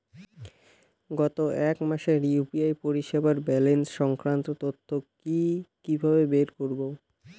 গত এক মাসের ইউ.পি.আই পরিষেবার ব্যালান্স সংক্রান্ত তথ্য কি কিভাবে বের করব?